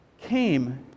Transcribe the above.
came